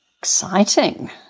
exciting